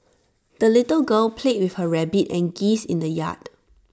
the little girl played with her rabbit and geese in the yard